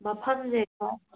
ꯃꯐꯝꯁꯦꯀꯣ